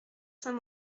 saint